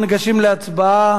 אנחנו ניגשים להצבעה.